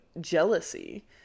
jealousy